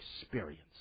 experience